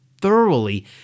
thoroughly